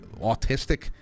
Autistic